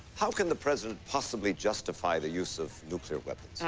how can the president possibly justify the use of nuclear weapons?